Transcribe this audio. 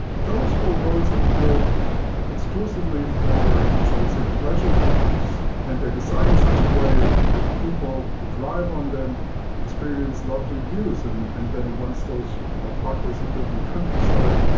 those were roads that were built exclusively for shall we say pleasure drives, and they were designed in such a way that the people who drive on them experience lovely views and and then once those ah parkways are built in the countryside,